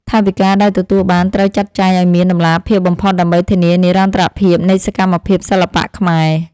ថវិកាដែលទទួលបានត្រូវចាត់ចែងឱ្យមានតម្លាភាពបំផុតដើម្បីធានានិរន្តរភាពនៃសកម្មភាពសិល្បៈខ្មែរ។